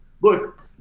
look